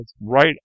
right